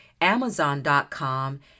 Amazon.com